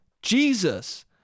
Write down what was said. Jesus